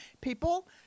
people